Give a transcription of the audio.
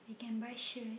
we can buy shirt